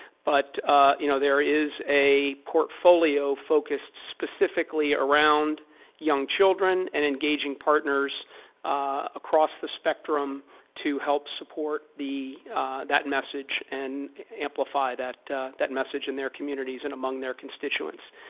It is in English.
but you know there is a portfolio focused specifically around young children and engaging partners across the spectrum to help support that message and amplify that that message in their communities and among their constituents.